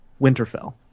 Winterfell